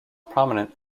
prominent